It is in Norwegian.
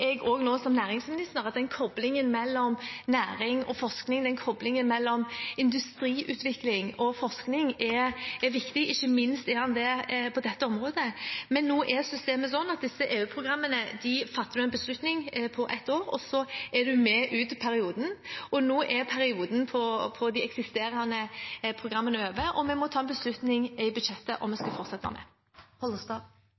forskning, koblingen mellom industriutvikling og forskning er viktig, ikke minst er den det på dette området. Men nå er systemet sånn at når det gjelder disse EU-programmene, fatter man en beslutning for ett år, og så er man med ut perioden. Nå er perioden for de eksisterende programmene over, og vi må ta en beslutning i budsjettet om vi